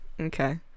okay